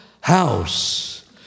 house